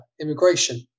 immigration